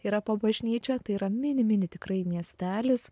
yra po bažnyčią tai yra mini mini tikrai miestelis